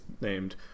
named